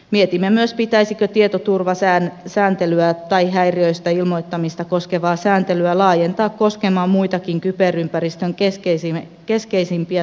mietimme myös pitäisikö tietoturvasääntelyä tai häiriöistä ilmoittamista koskevaa sääntelyä laajentaa koskemaan muitakin kyberympäristön keskeisimpiä toimijoita